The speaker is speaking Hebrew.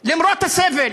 למרות הסבל,